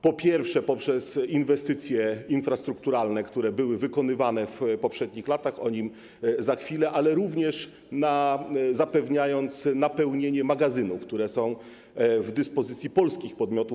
Po pierwsze, poprzez inwestycje infrastrukturalne, które były realizowane w poprzednich latach - o nich za chwilę - ale również zapewniając napełnienie magazynów, które są w dyspozycji polskich podmiotów.